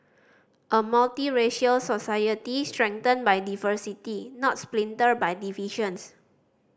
a multiracial society strengthened by diversity not splintered by divisions